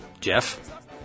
Jeff